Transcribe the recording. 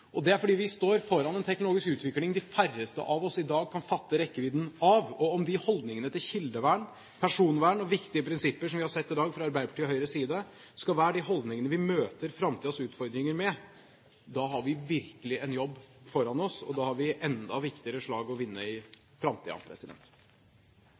personvernbetraktninger. Det er fordi vi står foran en teknologisk utvikling de færreste av oss i dag kan fatte rekkevidden av. Om de holdningene til kildevern, personvern og viktige prinsipper som vi har sett i dag fra Arbeiderpartiet og Høyres side, skal være de holdningene vi møter framtidens utfordringer med, har vi virkelig en jobb foran oss, og da har vi enda viktigere slag å vinne